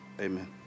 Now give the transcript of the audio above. Amen